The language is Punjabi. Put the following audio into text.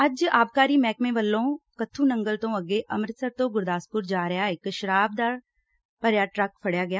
ਅੱਜ ਆਬਕਾਰੀ ਮਹਿਕਮੇ ਵੱਲੋਂ ਕੱਥੁ ਨੰਗਲ ਤੋਂ ਅੱਗੇ ਅੰਮ੍ਤਿਤਸਰ ਤੋਂ ਗੁਰਦਾਸਪੁਰ ਜਾ ਰਿਹਾ ਇਕ ਸ਼ਰਾਬ ਦਾ ਟਰੱਕ ਫੜਿਆ ਗਿਆ